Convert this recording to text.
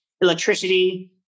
electricity